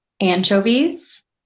anchovies